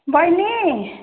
बहिनी